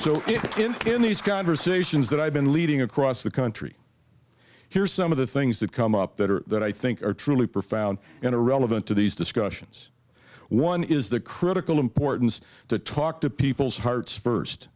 these conversations that i've been leading across the country here's some of the things that come up that are that i think are truly profound and are relevant to these discussions one is the critical importance to talk to people's hearts first